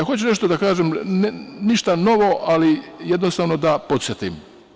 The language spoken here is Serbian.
Hoću nešto da kažem, ništa novo, ali jednostavno da podsetim.